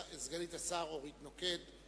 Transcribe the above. אורית נוקד.